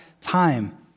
time